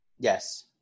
Yes